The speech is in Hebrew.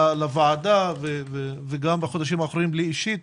בוועדה וגם בחודשים האחרונים לי אישית,